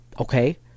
okay